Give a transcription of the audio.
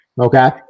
Okay